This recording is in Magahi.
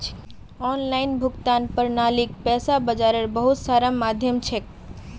ऑनलाइन भुगतान प्रणालीक पैसा बाजारेर बहुत सारा माध्यम छेक